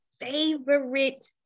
favorite